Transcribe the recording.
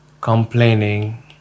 complaining